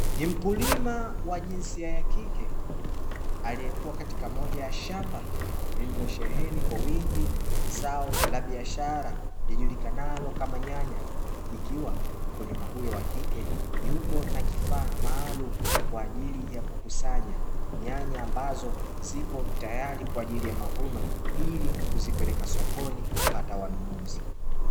Ni mkulima wa jinsia ya kike, aliyekuwa katika moja ya shamba lililosheheni kwa wingi zao la biashara lilijulikanalo kama nyanya, ikiwa mkulima huyo wa kike yupo na kifaa maalumu kwa ajili ya kukusanya nyanya ambazo zipo tayari kwa ajili ya mavuno, ili kuzipeleka sokoni kupata wanunuzi.